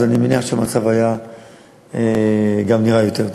אני מניח שהמצב היה גם נראה טוב יותר.